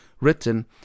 written